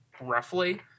roughly